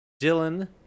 Dylan